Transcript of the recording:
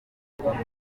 yiyemeje